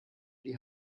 die